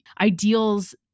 ideals